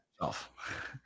off